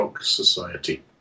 Society